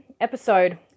episode